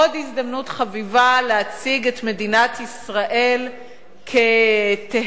עוד הזדמנות חביבה להציג את מדינת ישראל כטהרן.